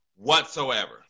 Whatsoever